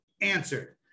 Answered